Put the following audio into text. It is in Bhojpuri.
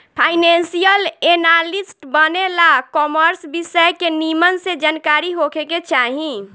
फाइनेंशियल एनालिस्ट बने ला कॉमर्स विषय के निमन से जानकारी होखे के चाही